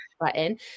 button